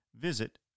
visit